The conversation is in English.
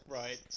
right